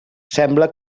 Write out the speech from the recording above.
sembla